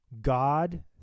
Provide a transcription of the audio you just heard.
God